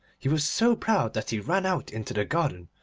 he was so proud that he ran out into the garden,